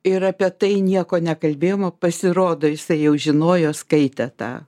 ir apie tai nieko nekalbėjom o pasirodo jisai jau žinojo skaitė tą